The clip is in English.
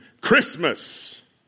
Christmas